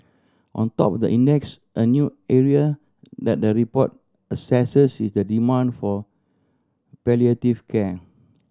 on top the index a new area that the report assesses is the demand for palliative care